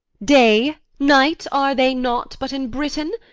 day, night, are they not but in britain?